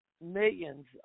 millions